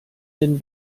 denn